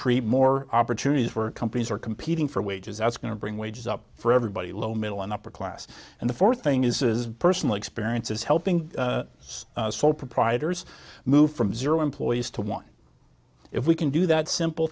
create more opportunities where companies are competing for wages that's going to bring wages up for everybody low middle and upper class and the fourth thing is personal experiences helping sole proprietors move from zero employees to one if we can do that simple